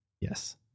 Yes